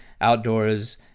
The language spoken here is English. outdoors